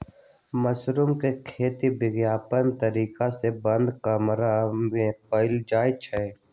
mushroom के खेती वैज्ञानिक तरीका से बंद कमरा में कएल जाई छई